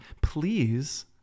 please